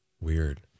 Weird